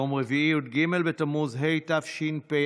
יום רביעי י"ג בתמוז התשפ"א,